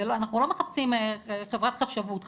אנחנו לא מחפשים חברת חשבות שכר,